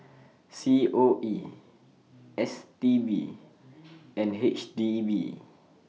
C O E S T B and H D B